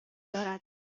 دارد